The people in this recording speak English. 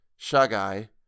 Shagai